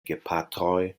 gepatroj